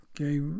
okay